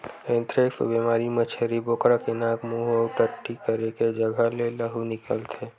anthrax बेमारी म छेरी बोकरा के नाक, मूंह अउ टट्टी करे के जघा ले लहू निकलथे